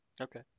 Okay